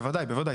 בוודאי בוודאי,